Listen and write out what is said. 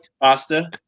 pasta